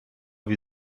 wie